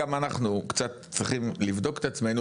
גם אנחנו קצת צריכים לבדוק את עצמנו,